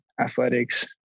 athletics